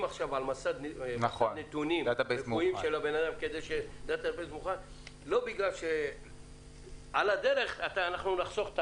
עכשיו על מסד נתונים רפואי של הבן אדם --- במטרה לא להקל על